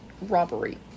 robbery